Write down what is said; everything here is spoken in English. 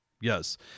Yes